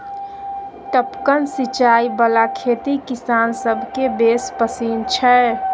टपकन सिचाई बला खेती किसान सभकेँ बेस पसिन छै